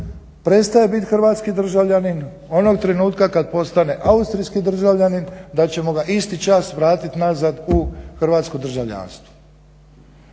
prestaje biti hrvatski državljanin onog trenutka kad postane austrijski državljanin da ćemo ga isti čas vratiti nazad u hrvatsko državljanstvo.